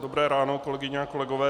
Dobré ráno, kolegyně a kolegové.